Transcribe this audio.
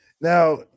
Now